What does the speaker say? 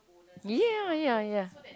ya ya ya